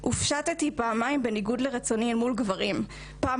הופשטתי פעמיים בניגוד לרצוני אל מול גברים - פעם